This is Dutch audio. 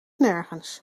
nergens